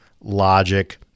logic